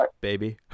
baby